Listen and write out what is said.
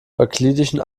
euklidischen